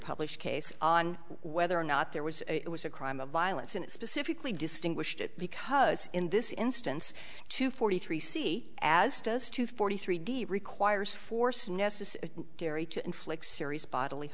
published case on whether or not there was a it was a crime of violence and it specifically distinguished it because in this instance two forty three c as does two forty three d requires force necessary carry to inflict serious bodily